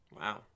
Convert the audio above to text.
Wow